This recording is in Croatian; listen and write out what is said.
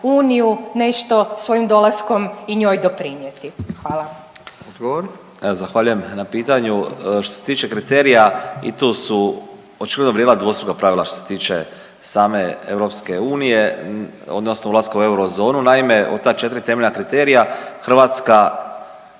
Marijan (Hrvatski suverenisti)** Zahvaljujem na pitanju. Što se tiče kriterija i tu su očigledno vrijedila dvostruka pravila što se tiče same EU odnosno ulaska u eurozonu. Naime, od ta četiri temeljna kriterija Hrvatska